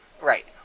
Right